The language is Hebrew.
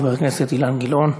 חבר הכנסת אילן גילאון.